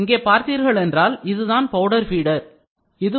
இங்கே பார்த்தீர்கள் என்றால் இதுதான் பவுடர் பீடர் powder feeder